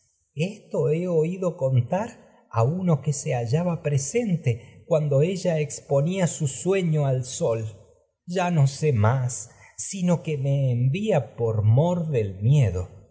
uno que el suelo de micenas esto he oido se hallaba presente cuando ella exponia su sueño al sol ya no sé más sino que me envía por mor del miedo